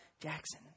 Jackson